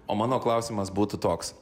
o mano klausimas būtų toks